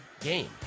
game